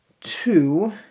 two